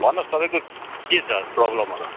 भन्नुहोस् तपाईँको के छ प्रब्लमहरू